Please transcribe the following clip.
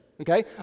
okay